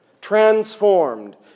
transformed